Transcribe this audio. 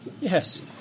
Yes